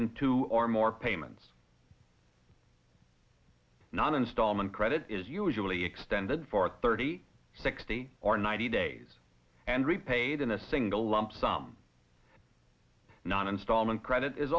two or more payments not installment credit is usually extended for thirty sixty or ninety days and repaid in a single lump sum not installment credit is